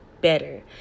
better